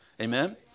Amen